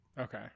Okay